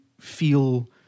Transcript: feel